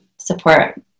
support